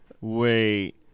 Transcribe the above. wait